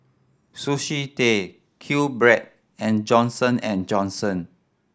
Sushi Tei Q Bread and Johnson and Johnson